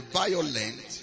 violent